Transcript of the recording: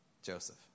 Joseph